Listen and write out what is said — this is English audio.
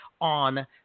on